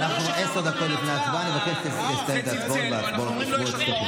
ועשר דקות לפני ההצבעה אני אבקש לסיים את ההצבעות בוועדת הכספים.